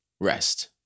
Rest